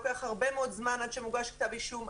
לוקח הרבה מאוד זמן עד שמוגש כתב אישום.